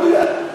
לא מדויק.